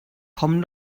komm